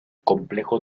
complejo